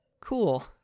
Cool